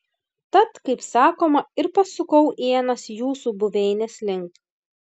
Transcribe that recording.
tad kaip sakoma ir pasukau ienas jūsų buveinės link